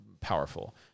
powerful